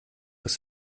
aus